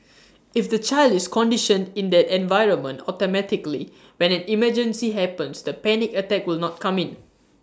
if the child is conditioned in that environment automatically when an emergency happens the panic attack will not come in